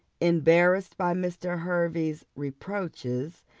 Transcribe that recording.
embarrassed by mr. hervey's reproaches,